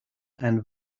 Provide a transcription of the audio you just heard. and